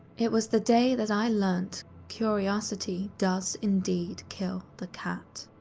it was the day that i learned curiousity does indeed kill the cat.